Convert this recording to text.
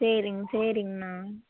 சரிங்க சரிங்கண்ணா